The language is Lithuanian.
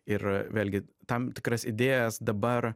ir vėlgi tam tikras idėjas dabar